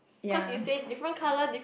ya